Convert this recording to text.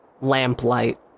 lamplight